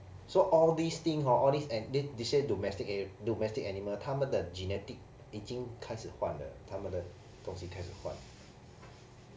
so all these thing hor all these they said domestic ani~ domestic animals 他们的 genetic 已经开始换了他们的东西开始换了